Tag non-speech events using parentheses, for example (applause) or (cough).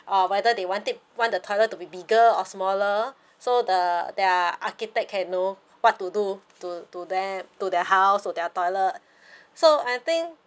or whether they want it want the toilet to be bigger or smaller so the their architect can know what to do to to them to their house to their toilet (breath) so I think